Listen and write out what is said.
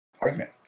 argument